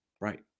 Right